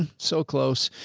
ah so close.